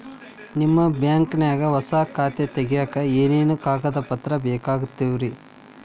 ನಿಮ್ಮ ಬ್ಯಾಂಕ್ ನ್ಯಾಗ್ ಹೊಸಾ ಖಾತೆ ತಗ್ಯಾಕ್ ಏನೇನು ಕಾಗದ ಪತ್ರ ಬೇಕಾಗ್ತಾವ್ರಿ?